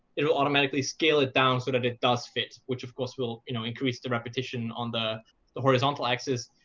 it will automatically scale it down so that it does fit, which of course will you know increase the repetition on the the horizontal axis.